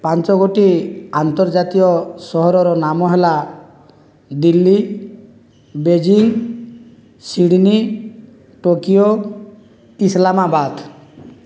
ପାଞ୍ଚ ଗୋଟି ଆନ୍ତର୍ଜାତୀୟ ସହରର ନାମ ହେଲା Delhi Beijing Sydney Tokyo Islamabad